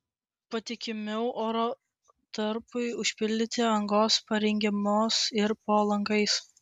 patikimiau oro tarpui užpildyti angos parengiamos ir po langais